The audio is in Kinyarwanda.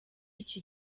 iki